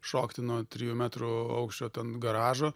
šokti nuo trijų metrų aukščio ten garažo